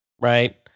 right